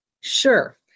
Sure